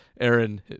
Aaron